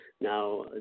Now